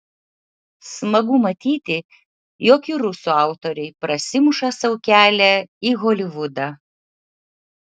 smagu matyti jog ir rusų aktoriai prasimuša sau kelią į holivudą